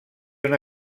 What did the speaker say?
una